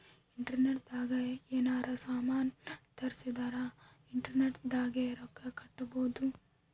internet ದಾಗ ಯೆನಾರ ಸಾಮನ್ ತರ್ಸಿದರ ಇಂಟರ್ನೆಟ್ ದಾಗೆ ರೊಕ್ಕ ಕಟ್ಬೋದು